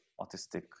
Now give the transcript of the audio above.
autistic